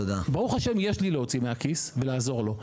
ברוך ה' יש לי להוציא מהכיס ולעזור לו.